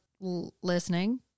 listening